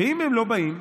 ואם הם לא באים,